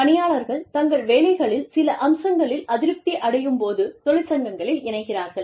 பணியாளர்கள் தங்கள் வேலைகளின் சில அம்சங்களில் அதிருப்தி அடையும் போது தொழிற்சங்கங்களில் இணைகிறார்கள்